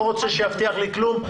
לא רוצה שיבטיח לי כלום.